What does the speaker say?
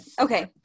Okay